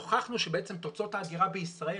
נוכחנו שבעצם תוצאות האגירה בישראל,